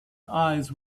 eyes